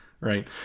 Right